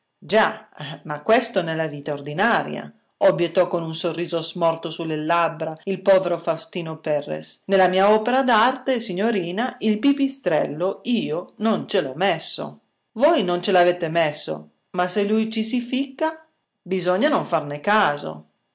già ma questo nella vita ordinaria obiettò con un sorriso smorto sulle labbra il povero faustino perres nella mia opera d'arte signorina il pipistrello io non ce l'ho messo voi non ce l'avete messo ma se lui ci si ficca bisogna non farne caso